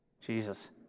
Jesus